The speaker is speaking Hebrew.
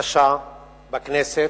קשה בכנסת,